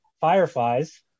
Fireflies